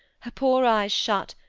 her poor eyes shut,